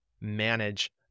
manage